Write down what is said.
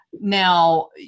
now